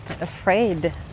afraid